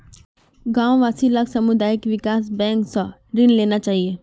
गांव वासि लाक सामुदायिक विकास बैंक स ऋण लेना चाहिए